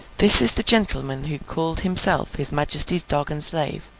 this is the gentleman who called himself his majesty's dog and slave,